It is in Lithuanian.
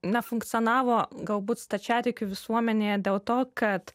nefunkcionavo galbūt stačiatikių visuomenėje dėl to kad